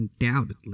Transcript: undoubtedly